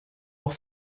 auch